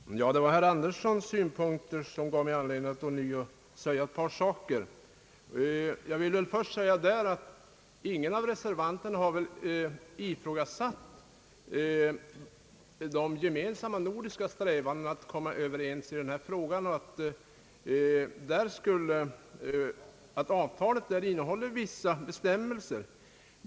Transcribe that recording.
Herr talman! Det var herr Anderssons synpunkter som ger mig anledning att ånyo säga några ord. Jag vill säga att ingen av reservanterna har ifrågasatt de gemensamma nordiska strävandena att komma överens i denna fråga och att avtalet innehåller vissa bestämmelser.